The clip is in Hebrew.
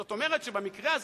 זאת אומרת שבמקרה הזה,